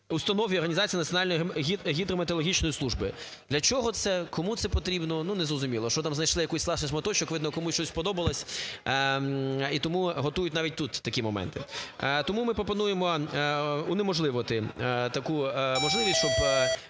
установ і організацій Національної гідрометеорологічної служби. Для чого це, кому це потрібно, ну, незрозуміло. Що там знайшли, якийсь ласий шматочок, видно, комусь щось сподобалось і тому готують навіть тут такі моменти. Тому ми пропонуємо унеможливити таку можливість, щоб